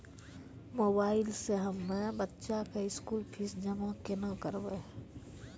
Mobile से हम्मय बच्चा के स्कूल फीस जमा केना करबै?